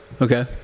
okay